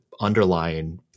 underlying